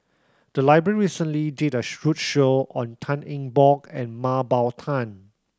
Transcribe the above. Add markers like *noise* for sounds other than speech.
the library recently did a *unintelligible* roadshow on Tan Eng Bock and Mah Bow Tan